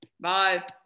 Bye